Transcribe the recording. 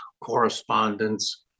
correspondence